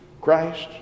christ